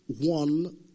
one